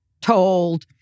told